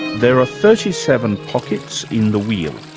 there are thirty seven pockets in the wheel,